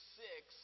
six